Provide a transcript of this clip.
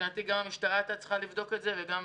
מבחינתי גם המשטרה הייתה צריכה לבדוק את זה וגם